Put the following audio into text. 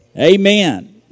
Amen